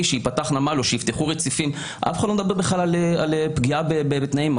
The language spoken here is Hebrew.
שייפתח נמל או שיפתחו רציפים ואף אחד לא מדברים על פגיעה בתנאים,